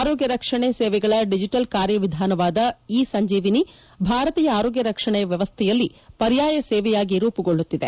ಆರೋಗ್ಯ ರಕ್ಷಣೆ ಸೇವೆಗಳ ಡಿಜೆಟಲ್ ಕಾರ್ಯವಿಧಾನವಾದ ಇ ಸಂಜೇವಿನಿ ಭಾರತೀಯ ಆರೋಗ್ಯ ರಕ್ಷಣೆಯ ವ್ಯವಸ್ಥೆಯಲ್ಲಿ ಪರ್ಯಾಯ ಸೇವೆಯಾಗಿ ರೂಪುಗೊಳ್ಳುತ್ತಿದೆ